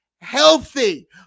healthy